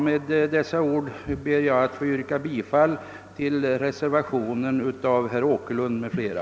Med dessa ord ber jag, herr talman, att få yrka bifall till reservationen av herr Åkerlund m.fl.